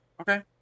Okay